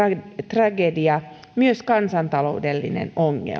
tragedia myös kansantaloudellinen ongelma